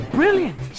brilliant